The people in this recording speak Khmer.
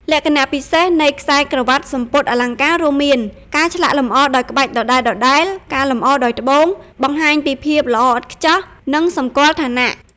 លក្ខណៈពិសេសនៃខ្សែក្រវាត់/សំពត់អលង្ការរួមមាន ការឆ្លាក់លម្អដោយក្បាច់ដដែលៗ ការលម្អដោយត្បូង បង្ហាញពីភាពល្អឥតខ្ចោះ និងសម្គាល់ឋានៈ។